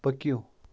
پٔکِو